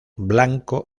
blanco